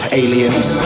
aliens